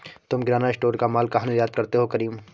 तुम किराना स्टोर का मॉल कहा निर्यात करते हो करीम?